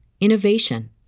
innovation